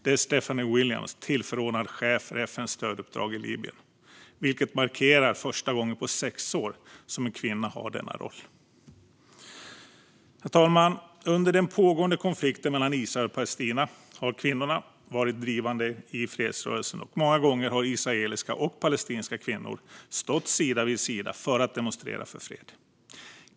Det är Stephanie Williams som är tillförordnad chef för FN:s stöduppdrag i Libyen, vilket markerar att det är första gången på sex år som en kvinna har denna roll. Herr talman! Under den pågående konflikten mellan Israel och Palestina har kvinnorna varit drivande i fredsrörelsen, och många gånger har israeliska och palestinska kvinnor stått sida vid sida för att demonstrera för fred.